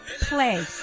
Play